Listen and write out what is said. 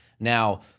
Now